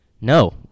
No